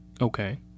Okay